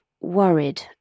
worried